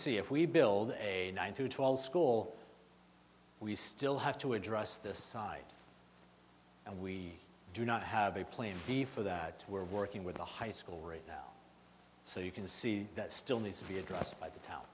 see if we build a one through twelve school we still have to address this side and we do not have a plan b for that we're working with the high school right now so you can see that still needs to be addressed by the town